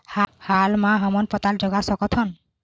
हाल मा हमन पताल जगा सकतहन?